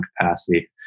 capacity